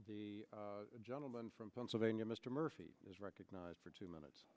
the gentleman from pennsylvania mr murphy is recognized for two minutes